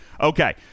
Okay